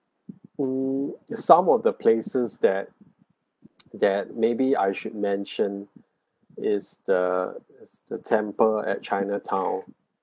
mm some of the places that that maybe I should mention is the is the temple at chinatown